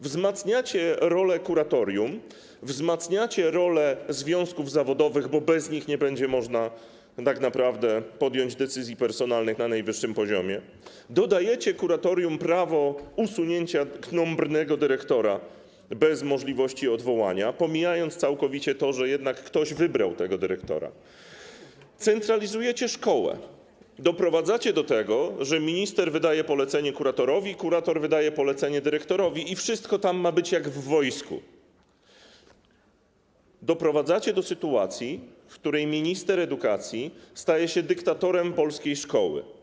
Wzmacniacie rolę kuratorium, wzmacniacie rolę związków zawodowych, bo bez nich nie będzie można tak naprawdę podjąć decyzji personalnych na najwyższym poziomie; dajecie kuratorium prawo usunięcia krnąbrnego dyrektora bez możliwości odwołania, pomijając całkowicie to, że jednak ktoś wybrał tego dyrektora; centralizujecie szkołę, doprowadzacie do tego, że minister wydaje polecenie kuratorowi, kurator wydaje polecenie dyrektorowi i wszystko ma tam być jak w wojsku; doprowadzacie do sytuacji, w której minister edukacji staje się dyktatorem polskiej szkoły.